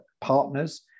partners